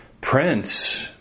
Prince